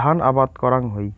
ধান আবাদ করাং হই